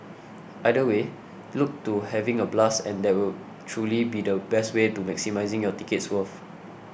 either way look to having a blast and that will truly be the best way to maximising your ticket's worth